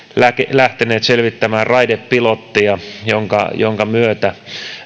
lähteneet selvittämään raidepilottia jonka jonka myötä